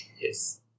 Yes